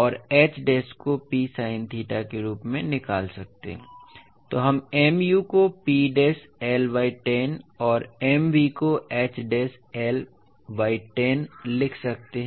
और H dash को P sine theta के रूप में निकाल सकते हैं इसलिए हम Mu को P डैश L बाय 10 और Mv को H डैश Lबाय 10 लिख सकते हैं